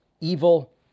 evil